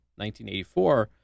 1984